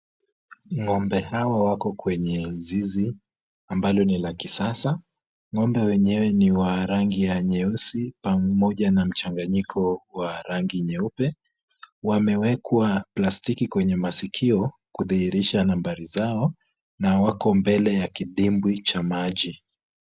Ng'ombe hawa wako kwenye zizi ambalo ni la kisasa, ng'ombe wenyewe ni wa rangi ya nyeusi na mmoja ana mchanganyiko wa rangi yeupe, wamewekwa plastiki kwenye masikio kudhihirisa nambari zao na wako mbele ya kidimbwi cha maji.